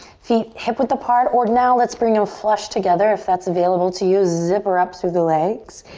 feet hip width apart or now let's bring them flush together if that's available to you, zipper up through the legs.